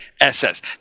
SS